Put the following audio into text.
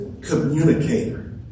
communicator